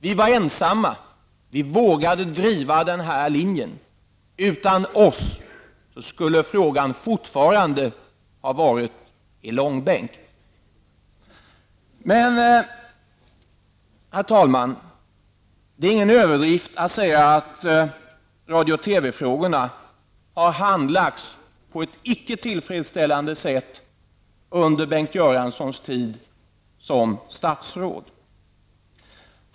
Vi var ensamma om att våga driva denna linje. Utan oss skulle frågan fortfarande vara kvar i långbänk. Herr talman! Det är ingen överdrift att säga att radio och TV-frågorna har handlagts på ett icke tillfredsställande sätt under Bengt Göranssons tid som statsråd.